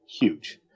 huge